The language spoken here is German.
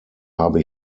habe